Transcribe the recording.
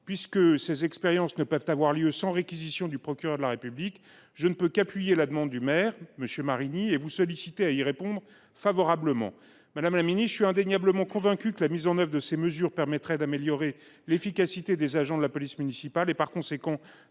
Puisque ces expériences ne peuvent avoir lieu sans réquisition du procureur de la République, je ne peux qu’appuyer la demande du maire de Compiègne, M. Marini, et vous demander d’y répondre favorablement. Je suis intimement convaincu que la mise en œuvre de ces mesures permettrait d’améliorer l’efficacité des agents de la police municipale et donc de